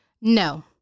No